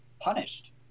punished